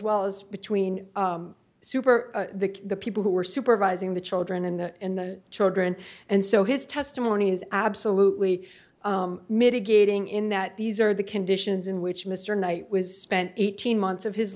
well as between super the the people who were supervising the children and in the children and so his testimony is absolutely mitigating in that these are the conditions in which mr knight was spent eighteen months of his